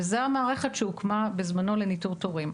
וזו המערכת שהוקמה בזמנו לניטור תורים.